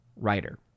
writer